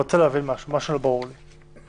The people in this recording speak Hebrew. משהו לא ברור לי.